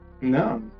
No